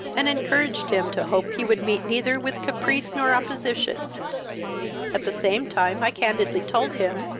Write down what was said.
and encouraged him to hope he would meet neither with caprice nor opposition at the same time i candidly told him,